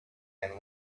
and